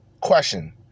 Question